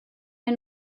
der